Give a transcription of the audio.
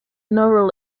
novel